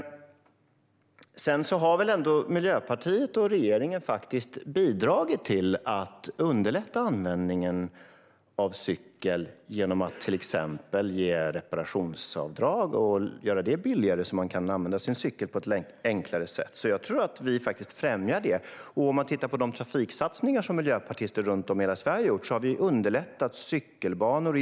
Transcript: Sedan har väl ändå Miljöpartiet och regeringen bidragit till att underlätta användningen av cykel genom att till exempel ge reparationsavdrag och genom att göra det billigare, så att man kan använda sin cykel på ett enklare sätt. Jag tror att vi faktiskt främjar det. Man kan titta på de trafiksatsningar som miljöpartister runt om i hela Sverige har gjort. Vi har underlättat när det gäller cykelbanor.